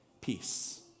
peace